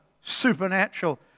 supernatural